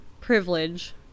privilege